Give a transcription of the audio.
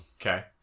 Okay